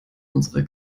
unsere